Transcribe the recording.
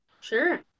sure